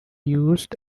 used